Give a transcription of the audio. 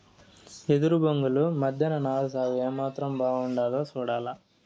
ఎదురు బొంగుల మద్దెన నారు సాగు ఏమాత్రం బాగుండాదో సూడాల